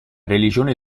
religione